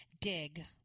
Dig